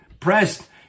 Pressed